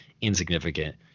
insignificant